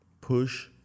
push